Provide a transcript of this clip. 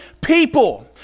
people